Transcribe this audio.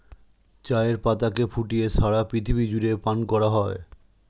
চায়ের পাতাকে ফুটিয়ে সারা পৃথিবী জুড়ে পান করা হয়